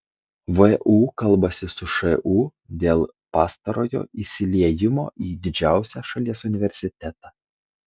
vu kalbasi su šu dėl pastarojo įsiliejimo į didžiausią šalies universitetą